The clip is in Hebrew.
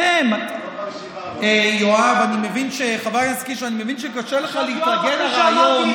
חבר הכנסת קיש, אני מבין שקשה לך להתרגל לרעיון,